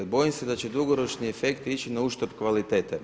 Bojim se da će dugoročni efekti ići na uštrb kvalitete.